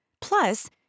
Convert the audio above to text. plus